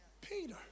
Peter